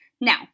Now